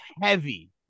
heavy